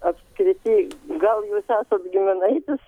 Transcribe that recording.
apskrity gal jūs esat giminaitis